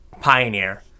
Pioneer